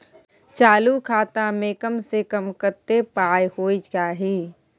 चालू खाता में कम से कम कत्ते पाई होय चाही?